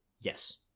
yes